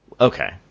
okay